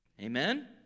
amen